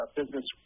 business